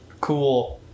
Cool